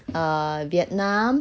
err vietnam